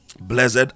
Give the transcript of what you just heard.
Blessed